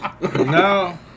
No